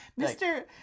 Mr